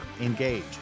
engage